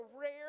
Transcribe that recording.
rare